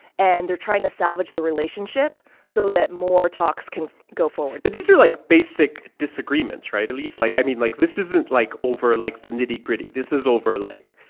and they're trying to salvage the relationship so that more talks can go forward but these are, like, basic disagreements, right? at least, like i mean, like, this isn't, like, over, like, the nitty gritty. this is over, like.